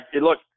look